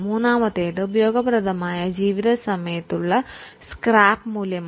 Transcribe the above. മൂന്നാമത്തേത് ഉപയോഗപ്രദമായ ആയുസ്സിൻറെ സമയത്തുള്ള ആക്രി വിലയാണ്